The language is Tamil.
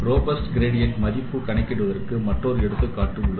ரோபஸ்ட் க்ராடிஎன்ட் மதிப்பு கணக்கீட்டிற்கு மற்றொரு எடுத்துக்காட்டு உள்ளது